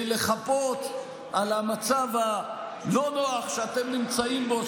לחפות על המצב הלא-נוח שאתם נמצאים בו,